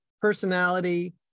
personality